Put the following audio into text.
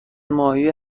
ماهی